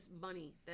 money